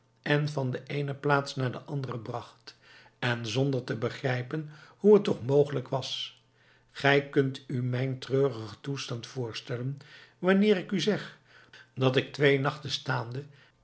en van de eene plaats naar de andere bracht en zonder te begrijpen hoe het toch mogelijk was gij kunt u mijn treurigen toestand voorstellen wanneer ik u zeg dat ik twee nachten staande